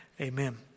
Amen